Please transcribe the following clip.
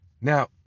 Now